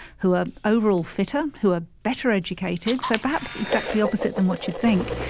who are overall fitter, who are better educated, so perhaps exactly opposite than what you'd think,